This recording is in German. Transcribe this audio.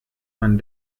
man